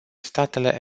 statele